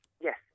Yes